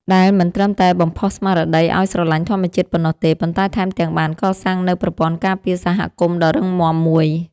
ដែលមិនត្រឹមតែបំផុសស្មារតីឱ្យស្រឡាញ់ធម្មជាតិប៉ុណ្ណោះទេ ប៉ុន្តែថែមទាំងបានកសាងនូវប្រព័ន្ធការពារសហគមន៍ដ៏រឹងមាំមួយ។